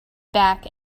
back